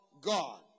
God